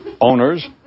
owners